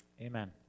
Amen